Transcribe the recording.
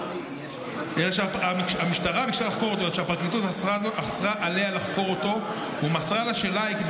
אלא שהפרקליטות אסרה עליה לחקור אותו ומסרה לה שלייק,